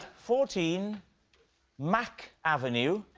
fourteen mack avenue.